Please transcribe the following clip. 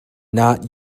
not